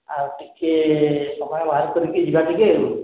ଆଉ ଟିକେ ସମୟ ବାହାର କରିକି ଯିବା ଟିକେ